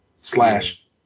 slash